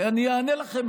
אני אענה לכם.